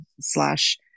slash